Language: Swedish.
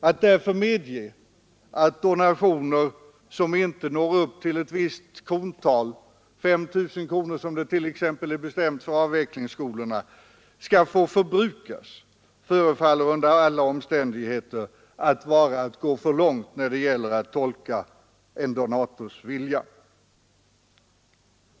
Att därför medge att donationer som inte når upp till visst krontal, 5 000 kronor som det t.ex. är bestämt för avvecklingsskolorna, skall få förbrukas förefaller under alla omständigheter att vara att gå för långt när det gäller att tolka en donators vilja.